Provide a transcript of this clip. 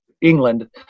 England